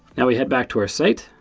now we head back to our site,